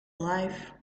life